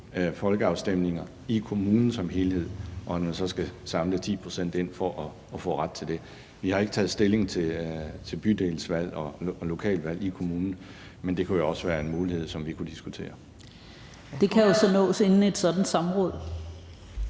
folkeafstemninger i kommunen som helhed, og at man så skal samle underskrifter ind fra 10 pct. af borgerne for at få ret til det. Vi har ikke taget stilling til bydelsvalg og lokalvalg i kommunen, men det kunne jo også være en mulighed, som vi kunne diskutere. Kl. 12:08 Jette Gottlieb (EL): Det kan jo så nås inden et sådant samråd.